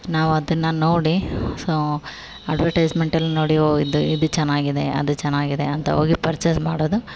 ನಾವು ಅದನ್ನು ನೋಡಿ ಸೋ ಅಡ್ವಟೈಸ್ಮೆಂಟಲ್ಲಿ ನೋಡಿ ಓ ಇದು ಇದು ಚೆನ್ನಾಗಿದೆ ಅದು ಚೆನ್ನಾಗಿದೆ ಅಂತ ಹೋಗಿ ಪರ್ಚೇಸ್ ಮಾಡೋದು